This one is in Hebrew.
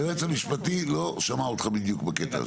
היועץ המשפטי לא שמע אותך בדיוק בקטע הזה.